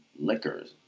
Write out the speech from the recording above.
liquors